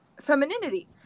femininity